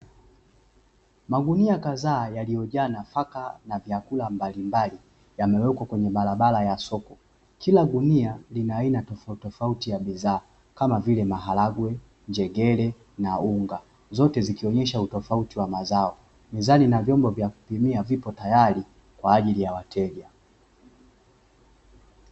Magunia kadhaa yaliyojaa nafaka na vyakula mbalimbali, yamewekwa kwenye barabara ya soko, kila gunia lina aina tofautitofauti ya bidhaa kama vile: maharagwe, njegere na unga, zote zikionyesha utafauti wa mazao. Mizani na vyombo vya kupimia vipo tayari kwa ajili ya wateja.